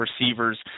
receivers